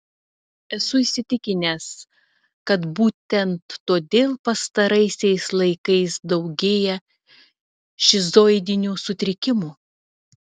esu įsitikinęs kad būtent todėl pastaraisiais laikais daugėja šizoidinių sutrikimų